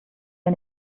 ihr